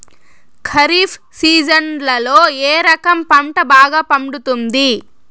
ఖరీఫ్ సీజన్లలో ఏ రకం పంట బాగా పండుతుంది